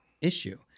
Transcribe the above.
issue